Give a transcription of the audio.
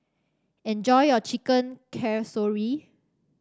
enjoy your Chicken Casserole